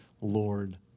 Lord